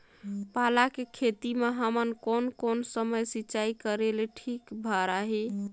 पाला के खेती मां हमन कोन कोन समय सिंचाई करेले ठीक भराही?